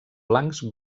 blancs